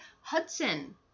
hudson